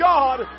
God